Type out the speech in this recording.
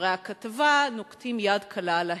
לדברי הכתבה, נוקטים יד קלה על ההדק.